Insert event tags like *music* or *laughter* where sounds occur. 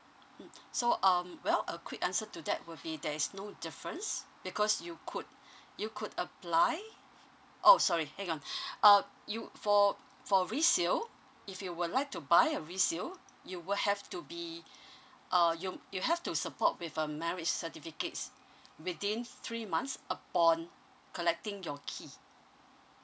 so um well a quick answer to that will be there is no difference because you could you could apply oh sorry hang on *breath* uh you for for resale if you would like to buy a resale you will have to be uh you you have to support with a marriage certificates within three months upon collecting your key